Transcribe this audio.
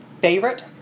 Favorite